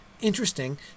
interesting